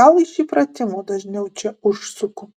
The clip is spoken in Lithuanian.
gal iš įpratimo dažniau čia užsuku